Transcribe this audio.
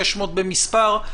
600 במספר.